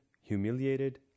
humiliated